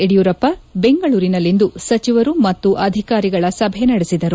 ಯಡಿಯೂರಪ್ಪ ಬೆಂಗಳೂರಿನಲ್ಲಿಂದು ಸಚಿವರು ಮತ್ತು ಅಧಿಕಾರಿಗಳ ಸಭೆ ನಡೆಸಿದರು